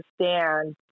understand